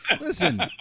listen